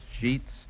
sheets